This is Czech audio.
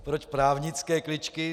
Proč právnické kličky?